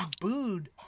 booed